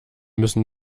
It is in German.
müssen